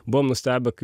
buvom nustebę kai